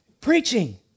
Preaching